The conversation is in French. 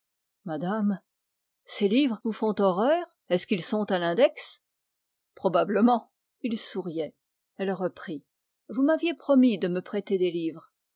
madame ces livres vous font horreur est-ce qu'ils sont à l'index probablement il souriait elle reprit vous m'aviez promis de me prêter des livres